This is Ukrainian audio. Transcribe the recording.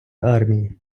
армії